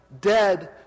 dead